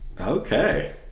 okay